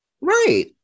Right